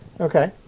Okay